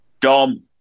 Dom